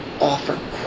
offer